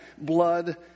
blood